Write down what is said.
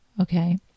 Okay